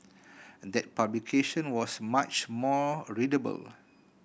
that publication was much more readable